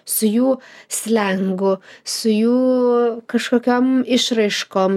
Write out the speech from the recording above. su jų slengu su jų kažkokiom išraiškom